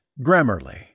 Grammarly